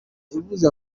ivuze